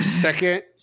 Second